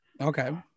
Okay